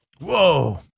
Whoa